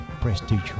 prestige